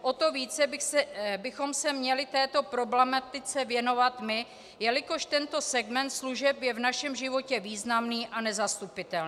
O to více bychom se měli této problematice věnovat my, jelikož tento segment služeb je v našem životě významný a nezastupitelný.